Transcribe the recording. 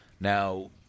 Now